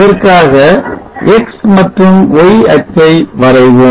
இதற்காக x மற்றும் y அச்சை வரைவோம்